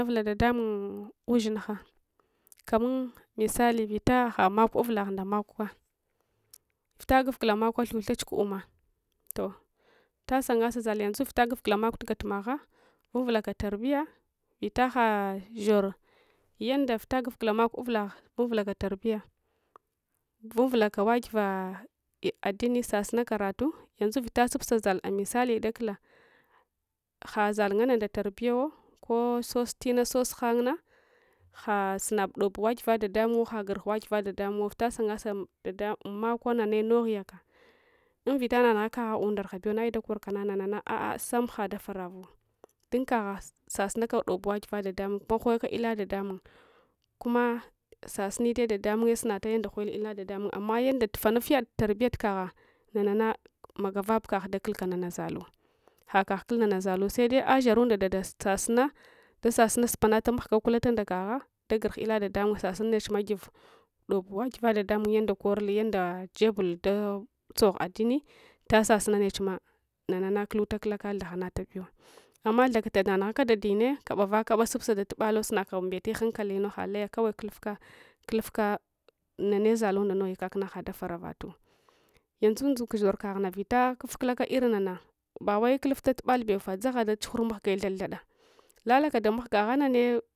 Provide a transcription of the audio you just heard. Avula dadamung ushingha kaman misali vlta ghagha makwa uvulagh nda makwa vlta gufgula makwa thuthach ummah toh’ vita sangasa zall yanzu vita gufgula makwatu galumagha vunvwaka tarbiya vita gha shar yanda vita gufgula makwa uvlagh unvulaka tarbiya vunvulaka wagiva addini sasuna karatu yanzu vita subsa zall misali dakulla ghazal nganna nda tarbiyawo ko sos tina tosghangna hasunab dob wagiva dadamungwo hagur wagiva da damungwo vita sungasa dadamakwa nane nog hiyaka invita nanugha kagha unda ugha bewuna ai’ dakorka a'a sam hada varavuw a dun kagha sasunaka dob wagiva dadamung kuma ghoyuka ila dadamung kuma sasunda dadamunye sunata yanda ghoyul ila da damung amma yanda fanuvyad tutarbiya tukagha na nana mavagab kagh dakulka nana zalluwa hakagh kul nana zallwa sede asharunda sasuna dasa suna supanata mahgo kulata nde kagha dagur ila dadamung sasuna nechma giv dob wayiva dadamung ngunda korul yanda jebulda dzogh addini vita sasuna nechma nanana kulu takulaka thaghanibiwa amma thakatana nughaa dadinne kabavakaba supga datubalo sunabuka vambet hankalinu kawai kulufka kulufka nane zallunda noghi kakna hada varavatu yauzu ndzuka shorkaghna vita kufkukka irin nana bawai kullufta tubale bewfah dzagha dachughur mahge thad thada lakka damahga ha agha nane